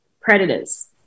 predators